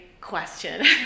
question